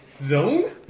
Zone